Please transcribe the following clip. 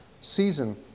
season